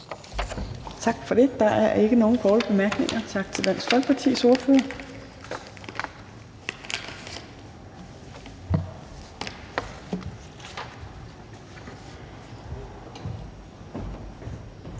Tak for det. Der er ikke nogen korte bemærkninger. Tak til Dansk Folkepartis ordfører.